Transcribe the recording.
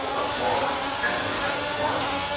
but a farm has to have a farmer,